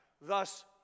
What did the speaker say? thus